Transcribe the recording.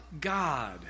God